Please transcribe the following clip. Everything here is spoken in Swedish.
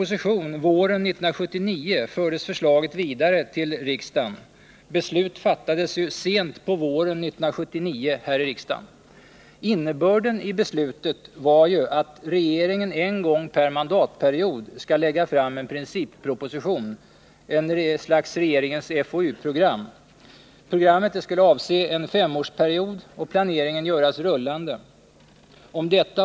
I det följande redovisas endast de punkter, vid vilka under överläggningen framställts särskilda yrkanden.